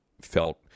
felt